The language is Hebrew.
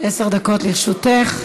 עשר דקות לרשותך.